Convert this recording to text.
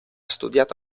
studiato